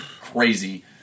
crazy